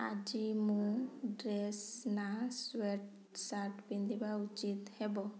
ଆଜି ମୁଁ ଡ୍ରେସ୍ ନା ସ୍ୱେଟ୍ ସାର୍ଟ୍ ପିନ୍ଧିବା ଉଚିତ୍ ହେବ